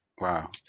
Wow